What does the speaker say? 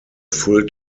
full